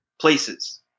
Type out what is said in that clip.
places